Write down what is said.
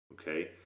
Okay